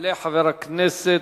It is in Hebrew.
יעלה חבר הכנסת